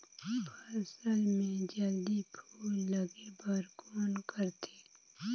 फसल मे जल्दी फूल लगे बर कौन करथे?